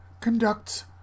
conducts